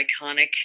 iconic